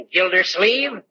Gildersleeve